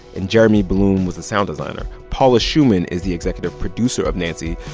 and jeremy bloom was the sound designer. paula szuchman is the executive producer of nancy.